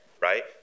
right